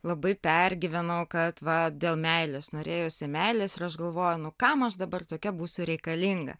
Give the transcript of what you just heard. labai pergyvenau kad va dėl meilės norėjosi meilės ir aš galvoju nu kam aš dabar tokia būsiu reikalinga